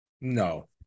No